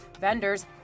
vendors